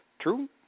True